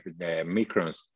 microns